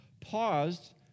paused